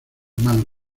manos